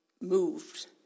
moved